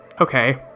Okay